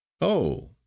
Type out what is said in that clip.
Oh